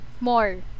more